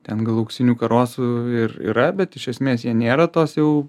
ten gal auksinių karosų ir yra bet iš esmės jie nėra tos jau